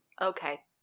Okay